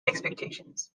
expectations